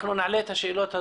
אנחנו נעלה את השאלות האלו.